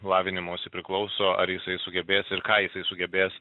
lavinimosi priklauso ar jisai sugebės ir ką jisai sugebės